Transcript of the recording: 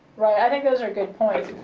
right, i think those are good points.